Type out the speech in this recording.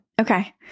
Okay